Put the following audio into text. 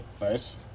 Nice